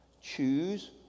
Choose